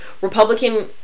Republican